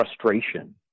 frustration